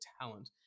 talent